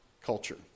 culture